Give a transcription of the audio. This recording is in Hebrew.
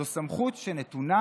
זאת סמכות שנתונה